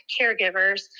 caregivers